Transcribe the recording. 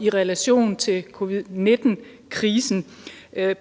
i relation til covid-19-krisen,